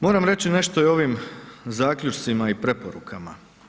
Moram reći nešto i o ovim zaključcima i preporukama.